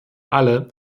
alle